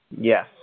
yes